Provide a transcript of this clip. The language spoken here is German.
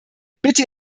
bitte